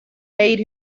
made